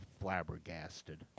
flabbergasted